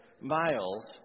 Miles